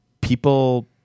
people